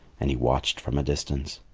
and he watched from a distance.